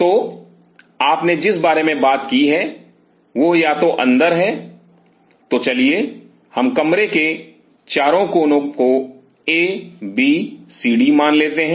तो आपने जिस बारे में बात की है वह या तो अंदर है तो चलिए हम कमरे के चारों कोनों को ए बी सी डी मान लेते हैं